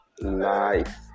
life